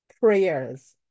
prayers